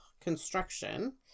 construction